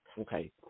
okay